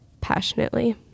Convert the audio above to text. passionately